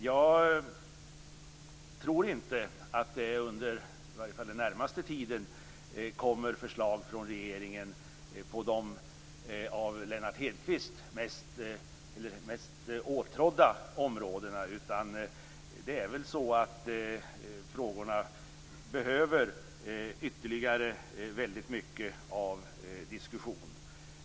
Jag tror inte att det i varje fall under den närmaste tiden kommer förslag från regeringen på de för Lennart Hedquist mest angelägna områdena. Frågorna behöver ytterligare diskuteras mycket ingående.